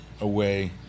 away